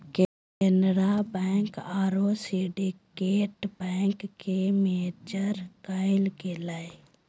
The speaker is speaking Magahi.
केनरा बैंक आरो सिंडिकेट बैंक के मर्ज कइल गेलय